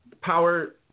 Power